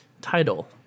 Title